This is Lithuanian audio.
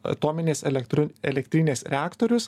atominės elektro elektrinės reaktorius